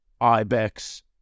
IBEX